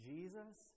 Jesus